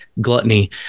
gluttony